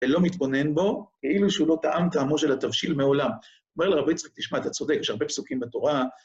ולא מתבונן בו, כאילו שהוא לא טעם טעמו של התבשיל מעולם. אומר לרבי יצחק, תשמע, אתה צודק, יש הרבה פסוקים בתורה...